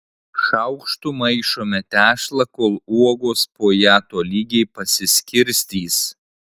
šaukštu maišome tešlą kol uogos po ją tolygiai pasiskirstys